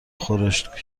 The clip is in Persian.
خورشت